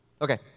Okay